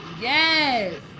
Yes